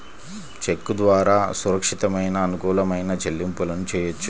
చెక్కు ద్వారా సురక్షితమైన, అనుకూలమైన చెల్లింపులను చెయ్యొచ్చు